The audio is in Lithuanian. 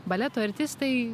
baleto artistai